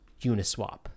Uniswap